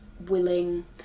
willing